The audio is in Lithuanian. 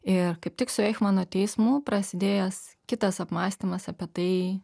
ir kaip tik su eichmano teismu prasidėjęs kitas apmąstymas apie tai